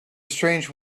strange